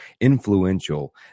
influential